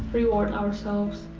reward ourselves.